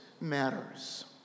matters